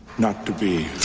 not to be